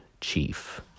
chief